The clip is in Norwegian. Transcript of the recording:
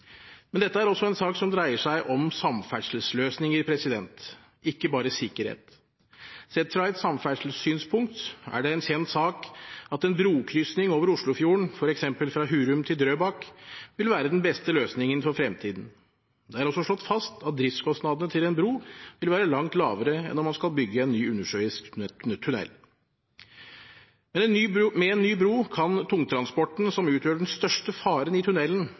Dette er også en sak som dreier seg om samferdselsløsninger, ikke bare om sikkerhet. Sett fra et samferdselssynspunkt er det en kjent sak at en brokrysning over Oslofjorden, for eksempel fra Hurum til Drøbak, vil være den beste løsningen for fremtiden. Det er også slått fast at driftskostnadene til en bro vil være langt lavere enn om man skal bygge en ny undersjøisk tunnel. Med en ny bro kan tungtransporten, som utgjør den største faren i